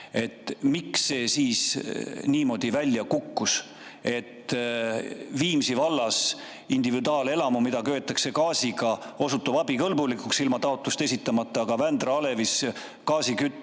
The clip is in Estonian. Miks see siis niimoodi välja kukkus, et Viimsi vallas individuaalelamu, mida köetakse gaasiga, osutub abikõlbulikuks ilma taotlust esitamata, aga Vändra alevis gaasikaugkütet